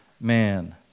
man